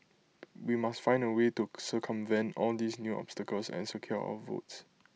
we must find A way to circumvent all these new obstacles and secure our votes